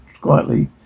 quietly